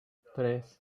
tres